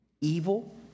evil